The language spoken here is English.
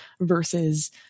versus